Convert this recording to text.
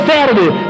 Saturday